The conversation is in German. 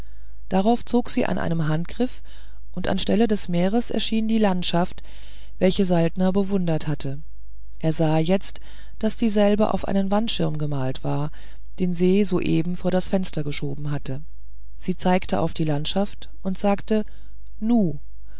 darauf zog sie an einem handgriff und anstelle des meeres erschien die landschaft welche saltner bewundert hatte er sah jetzt daß dieselbe auf einen wandschirm gemalt war den se soeben vor das fenster geschoben hatte sie zeigte auf die landschaft und sagte nu